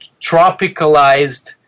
tropicalized